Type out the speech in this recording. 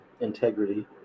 Integrity